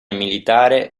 militare